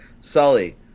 Sully